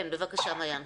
כן, בבקשה מעיין.